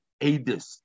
Adis